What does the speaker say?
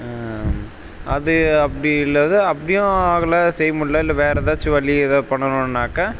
அது அப்படி இல்லாத அப்டியும் ஆகல செய்யமுடில்ல இல்லை வேறு ஏதாச்சும் வழி ஏதா பண்ணணுன்னாக்கா